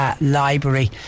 library